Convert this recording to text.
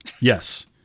Yes